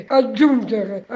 aggiungere